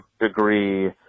degree